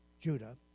Judah